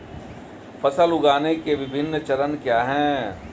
फसल उगाने के विभिन्न चरण क्या हैं?